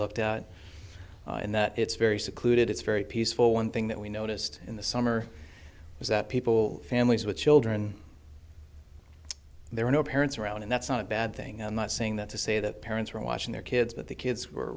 looked at and that it's very secluded it's very peaceful one thing that we noticed in the summer is that people families with children there are no parents around and that's not a bad thing i'm not saying that to say that parents are watching their kids but the kids were